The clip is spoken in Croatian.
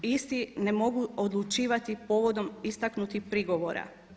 Isti ne mogu odlučivati povodom istaknutih prigovora.